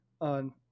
on